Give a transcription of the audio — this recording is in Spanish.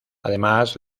además